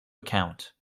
account